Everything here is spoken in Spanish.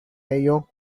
ello